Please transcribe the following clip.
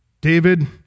David